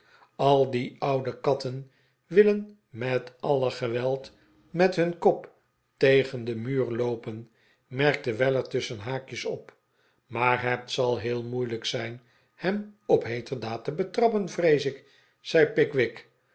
a die oude katten willen met alle geweld met hun kop tegen den muur loopen merkte weller tusschen haakjes op maar het zal heel moeilijk zijn hem op heeterdaad te betrappen vrees ik zei pickwick